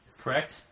Correct